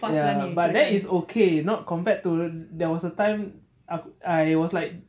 ya but that is okay not compared to there was a time ah I was like